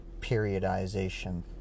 periodization